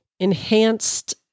enhanced